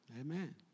Amen